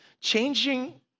changing